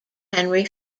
henry